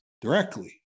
directly